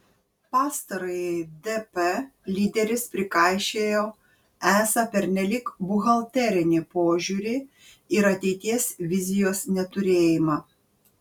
pastarajai dp lyderis prikaišiojo esą pernelyg buhalterinį požiūrį ir ateities vizijos neturėjimą